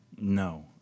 No